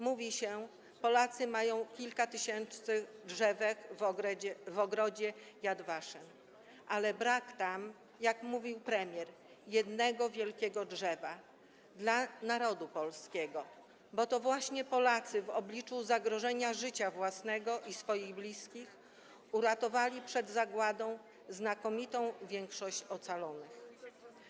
Mówi się, że Polacy mają kilka tysięcy drzewek w ogrodzie Yad Vashem, ale brak tam, jak mówił premier, jednego wielkiego drzewa dla narodu polskiego, bo to właśnie Polacy w obliczu zagrożenia życia własnego i swoich bliskich uratowali przed zagładą znakomitą większość ocalonych.